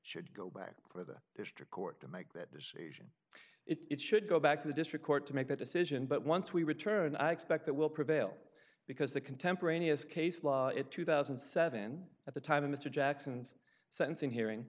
should go back for the district court to make that decision it should go back to the district court to make that decision but once we return i expect that will prevail because the contemporaneous case law it two thousand and seven at the time of mr jackson's sentencing hearing